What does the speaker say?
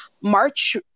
march